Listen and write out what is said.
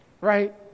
right